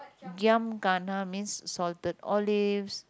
Giam Kana means salted olives